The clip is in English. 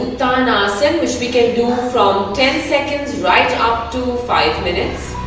and uttanasana which we can do from ten seconds right up to five minutes